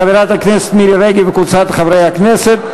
של חברת הכנסת מירי רגב וקבוצת חברי הכנסת.